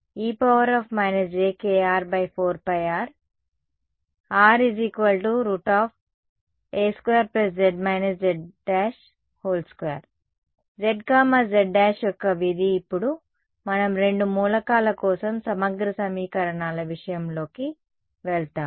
ఇది Gzz′ e−jkR 4πR where R a2 z z2 zz′ యొక్క విధి ఇప్పుడు మనం రెండు మూలకాల కోసం సమగ్ర సమీకరణాల విషయంలోకి వెళ్తాము